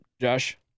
Josh